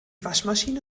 waschmaschine